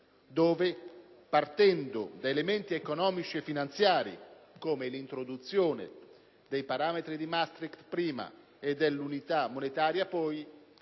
dove, partendo da elementi economici e finanziari come l'introduzione dei parametri di Maastricht prima e l'unità monetaria poi,